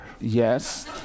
Yes